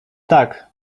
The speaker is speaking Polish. tak